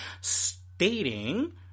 stating